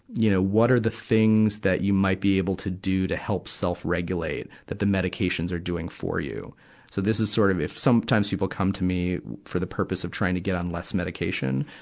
you know, what are the things that you might be able to do to help self-regulate, that the medications are doing for you? so this is sort of, if sometimes people come to me for the purpose of trying to get on less medication.